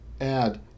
add